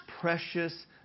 precious